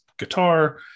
Guitar